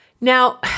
Now